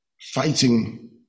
fighting